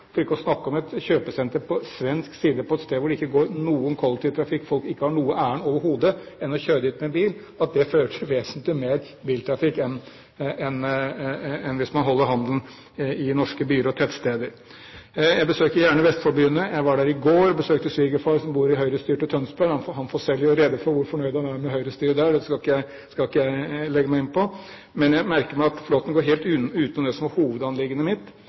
for ikke å snakke om at et kjøpesenter på svensk side på et sted hvor det ikke er noen kollektivtrafikk, hvor folk ikke har noe annet ærend overhodet enn å kjøre dit med bil, fører til vesentlig mer biltrafikk enn hvis man holder handelen i norske byer og tettsteder. Jeg besøker gjerne Vestfold-byene. Jeg var der i går og besøkte svigerfar, som bor i Høyre-styrte Tønsberg. Han får selv gjøre rede for hvor fornøyd han er med Høyre-styret der – det skal ikke jeg gi meg inn på. Men jeg merker meg at Flåtten går helt utenom det som er mitt hovedanliggende,